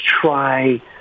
try